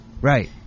Right